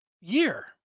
year